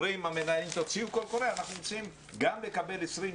אומרים המנהלים תוציאו קול קורא אנחנו רוצים גם לקבל 20,